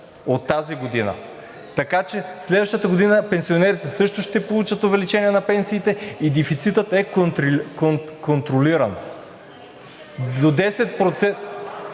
от тази година. Така че следващата година пенсионерите също ще получат увеличение на пенсиите и дефицитът е контролиран.